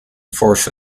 force